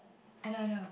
eyeliner